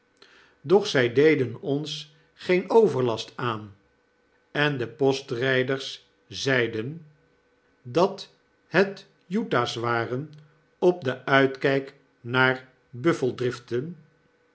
doch zy deden ons geen overlast aan en de postrpers zeiden dat het utahs waren op den uitk'jjk naar